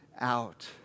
out